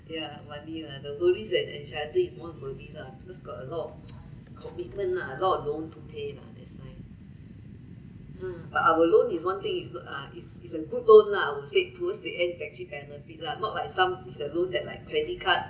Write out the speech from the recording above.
ya money lah the worries and anxieties is more on body lah because got a lot of commitment lah a lot of loan to pay lah that's why [ha]but our loan is one thing is ah is is a good loan lah I would say towards the end it actually benefit lah not like some of the loan like credit card